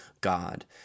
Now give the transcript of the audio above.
God